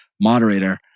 moderator